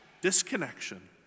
disconnection